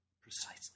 Precisely